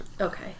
Okay